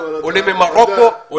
ממרוקו.